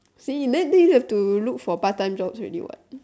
then you then then you have to look for part-time jobs already what